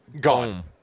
gone